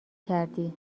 کردی